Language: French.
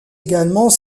également